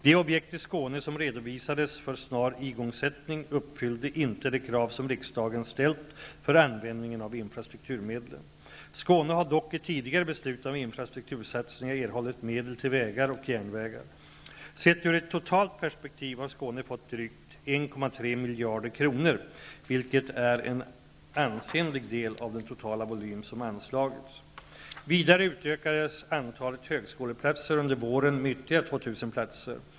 De objekt i Skåne som redovisades för snar igångsättning uppfyllde inte de krav som riksdagen ställt för användningen av infrastrukturmedlen. Skåne har dock i tidigare beslut om infrastruktursatsningar erhållit medel till vägar och järnvägar. Sett ur ett totalt perspektiv har Skåne fått drygt 1 300 milj.kr., vilket är en ansenlig del av den totala volym som anslagits. Vidare utökades antalet högskoleplatser under våren med ytterligare 2 000 platser.